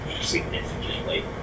significantly